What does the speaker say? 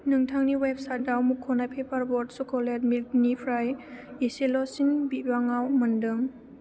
नोंथांनि वेबसाइटआव मुख'नाय पेपार बट चकलेट मिल्कसेकनिफ्राय इसेल'सिन बिबाङाव मोनदों